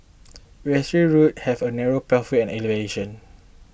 yesterday route had a lot of narrow pathway and elevation